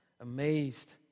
amazed